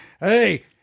hey